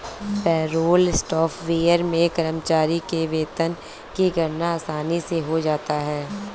payroll software से कर्मचारी के वेतन की गणना आसानी से हो जाता है